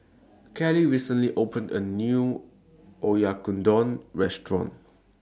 Kellee recently opened A New Oyakodon Restaurant